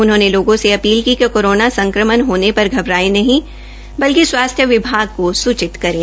उन्होंने लोगों से अपील की कि कोरोना संक्रमण होने पर घबराये नहीं बल्कि स्वास्थ्य विभाग को सूचित करें